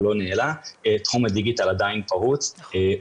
תחום הדיגיטל שהוא עדיין פרוץ.